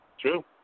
True